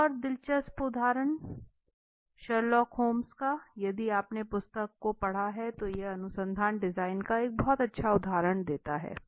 एक और दिलचस्प उदाहरण शर्लक होम्स है यदि आपने पुस्तक को पढ़ा है तो यह अनुसंधान डिजाइन का बहुत अच्छा उदाहरण देता है